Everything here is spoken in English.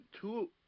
two